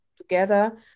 together